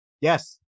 Yes